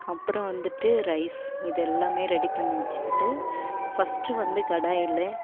அப்புறம் வந்துட்டு ரைஸ் இதெல்லாமே ரெடி பண்ணி வச்சுக்கிட்டு ஃபஸ்ட்டு வந்து கடாயில்